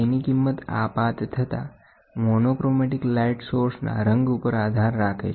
તેની કિંમત આપાત થતાં મોનોક્રોમેટિક લાઈટ સોર્સ ના રંગ ઉપર આધાર રાખે છે